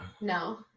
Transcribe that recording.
No